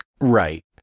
Right